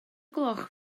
gloch